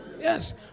Yes